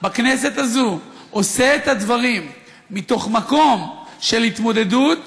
בכנסת הזאת עושה את הדברים ממקום של התמודדות